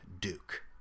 Duke